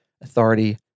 authority